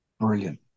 brilliant